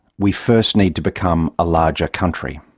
we first need to become a larger country.